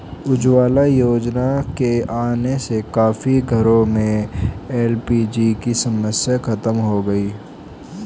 उज्ज्वला योजना के आने से काफी घरों में एल.पी.जी की समस्या खत्म हो गई